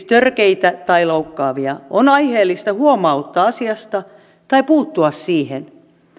törkeitä tai loukkaavia on aiheellista huomauttaa asiasta tai puuttua siihen